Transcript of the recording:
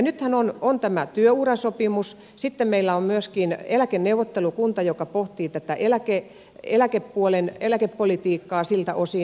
nythän on tämä työurasopimus sitten meillä on myöskin eläkeneuvottelukunta joka pohtii tätä eläkepolitiikka siltä osin